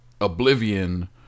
Oblivion